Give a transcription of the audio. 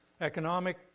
Economic